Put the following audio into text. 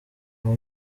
aho